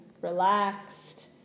relaxed